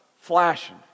flashing